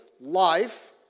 life